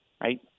right